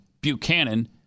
Buchanan